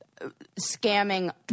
scamming